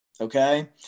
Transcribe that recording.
okay